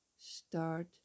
start